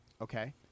Okay